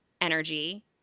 energy